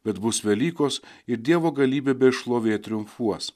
bet bus velykos ir dievo galybė bei šlovė triumfuos